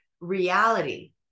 reality